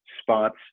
spots